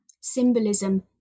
symbolism